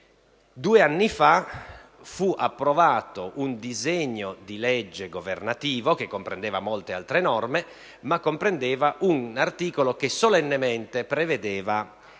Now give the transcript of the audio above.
due anni fa fu approvato un disegno di legge governativo che comprendeva molte altre norme, in particolare un articolo che solennemente prevedeva